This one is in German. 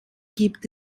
gibt